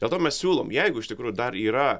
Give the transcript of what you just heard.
dėl to mes siūlom jeigu iš tikrųjų dar yra